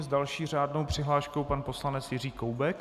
S další řádnou přihláškou pan poslanec Jiří Koubek.